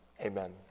Amen